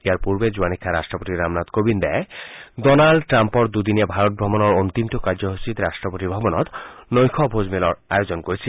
ইয়াৰ পূৰ্বে যোৱা নিশা ৰাট্টপতি ৰামনাথ কোবিন্দে ডনাল্ড ট্ৰাম্পৰ দুদিনীয়া ভাৰত ভ্ৰমণৰ অন্তিমটো কাৰ্যসূচীত ৰাট্টপতি ভৱনত নৈশ ভোজৰ আয়োজন কৰিছিল